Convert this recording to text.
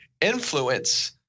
influence